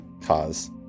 cause